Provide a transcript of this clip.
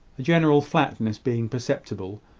a general flatness being perceptible,